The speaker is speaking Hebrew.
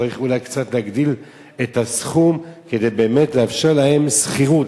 צריך אולי קצת להגדיל את הסכום כדי באמת לאפשר להם שכירות,